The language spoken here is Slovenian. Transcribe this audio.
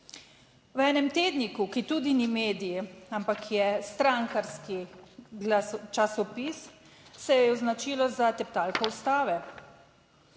V enem tedniku, ki tudi ni medij, ampak je strankarski časopis, se je označilo za teptalko Ustave.